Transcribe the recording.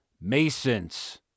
masons